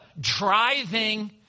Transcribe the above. driving